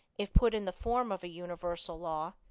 if put in the form of a universal law,